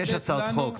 שש הצעות חוק,